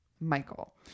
michael